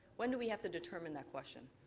when do we have to determine that question?